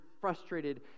frustrated